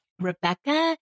Rebecca